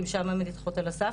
כי שם הן נדחות על הסף,